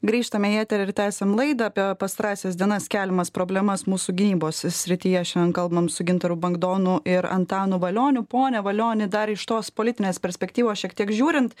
grįžtame į eterį tęsiam laidą apie pastarąsias dienas keliamas problemas mūsų gynybos srityje šiandien kalbam su gintaru bagdonu ir antanu valioniu pone valioni dar iš tos politinės perspektyvos šiek tiek žiūrint